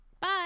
bye